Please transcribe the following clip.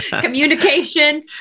communication